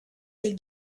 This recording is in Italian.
del